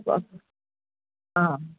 हा